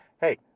Hey